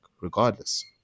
regardless